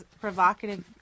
provocative